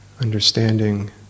understanding